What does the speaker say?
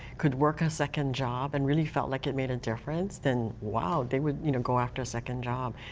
could work a second job and really felt like it made a difference, then wow, they would you know go after a second job.